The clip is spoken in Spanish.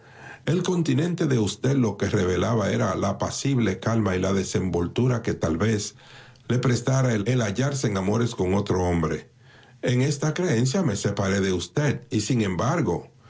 el continente de usted lo que revelaba era la apacible calma y la desenvoltura que tal vez le prestara el hallarse en amores con otro hombre en esta creencia me separé de usted y sin embargo